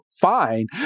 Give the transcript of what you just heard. fine